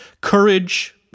Courage